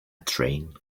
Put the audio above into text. train